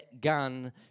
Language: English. gun